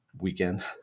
weekend